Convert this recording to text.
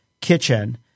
kitchen